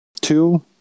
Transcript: Two